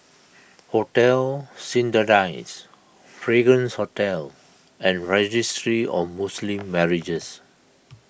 Hotel Citadines Fragrance Hotel and Registry of Muslim Marriages